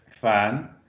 fan